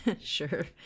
Sure